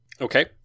Okay